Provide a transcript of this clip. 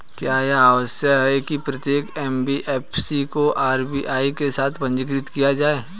क्या यह आवश्यक है कि प्रत्येक एन.बी.एफ.सी को आर.बी.आई के साथ पंजीकृत किया जाए?